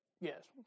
Yes